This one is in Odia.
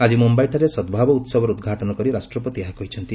ଆକି ମୁମ୍ୟାଇଠାରେ ସଭାବ ଉତ୍ସବର ଉଦ୍ଘାଟନ କରି ରାଷ୍ଟ୍ରପତି ଏହା କହିଛନ୍ତି